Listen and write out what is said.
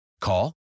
Call